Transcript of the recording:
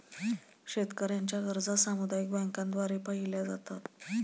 शेतकऱ्यांच्या गरजा सामुदायिक बँकांद्वारे पाहिल्या जातात